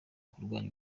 kurwanya